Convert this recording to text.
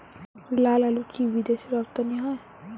লালআলু কি বিদেশে রপ্তানি হয়?